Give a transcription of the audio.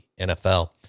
NFL